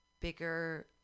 bigger